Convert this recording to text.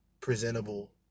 presentable